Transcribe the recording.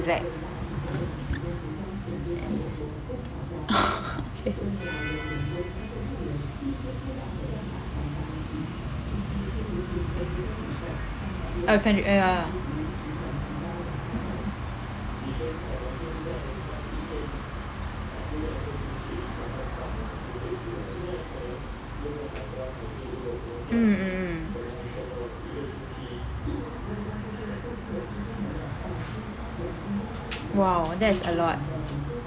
that okay uh ya mm mm mm !wow! that is a lot